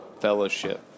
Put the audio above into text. fellowship